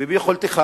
וביכולתך